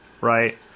right